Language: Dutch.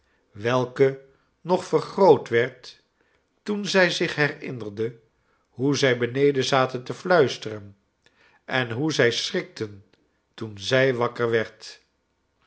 welke nog vergroot werd toen zij zich herinnerde hoe zij beneden zaten te fluisteren en hoe zij schrikten toen zij wakker werd